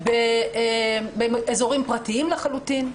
באזורים פרטיים לחלוטין,